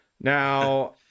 Now